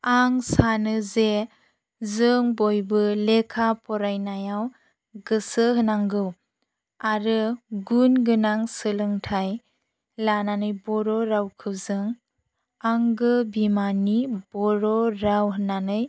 आं सानो जे जों बयबो लेखा फरायनायाव गोसो होनांगौ आरो गुन गोनां सोलोंथाइ लानानै बर' रावखौ जों आंगो बिमानि बर' राव होननानै